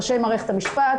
ראשי מערכת המשפט,